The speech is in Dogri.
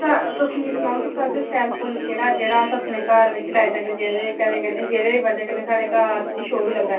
तो तुस मीं सनाओ कि सारें शा शैल फुल्ल केह्ड़ा ऐ जेह्ड़ा अस अपने घर बिच लाई सकने जेह्दे वजह् कन्नै जेह्दे वजह् कन्नै साढ़े घर दी शोऽ बी लब्भै